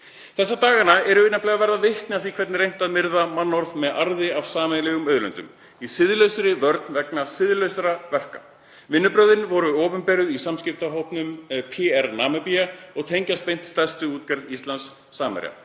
Þessa dagana erum við nefnilega að verða vitni að því hvernig reynt er að myrða mannorð með arði af sameiginlegum auðlindum í siðleysisvörn vegna siðlausra verka. Vinnubrögðin voru opinberuð í samskiptahópnum PR Namibía og tengjast beint stærstu útgerð Íslands, Samherja.